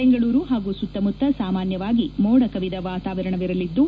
ಬೆಂಗಳೂರು ಹಾಗೂ ಸುತ್ತಮುತ್ತ ಸಾಮಾನ್ಯವಾಗಿ ಮೋಡ ಕವಿದ ವಾತವಾರಣವಿರಲಿದ್ದು